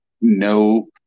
no